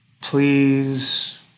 Please